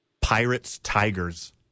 Pirates-Tigers